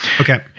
Okay